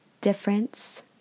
difference